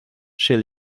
chez